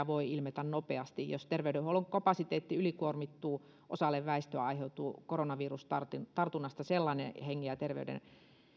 voi ilmetä nopeasti jos terveydenhuollon kapasiteetti ylikuormittuu osalle väestöä aiheutuu koronavirustartunnasta sellainen hengen ja terveyden